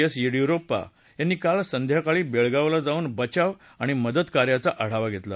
S Yediyurappa यांनी काल संध्याकाळी बेळगावला जाऊन बचाव आणि मदतकार्याचा आढावा घेतला